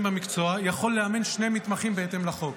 במקצוע יכול לאמן שני מתמחים בהתאם לחוק.